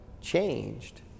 changed